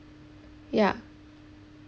ya